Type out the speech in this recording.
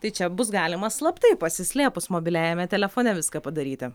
tai čia bus galima slaptai pasislėpus mobiliajame telefone viską padaryti